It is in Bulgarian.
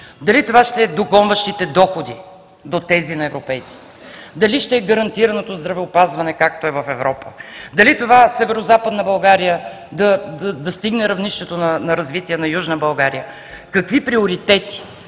Дали това ще е догонващите доходи до тези на европейците; дали ще е гарантираното здравеопазване, както е в Европа; дали това ще е Северозападна България да достигне равнището на развитие на Южна България – какви приоритети?